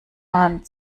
man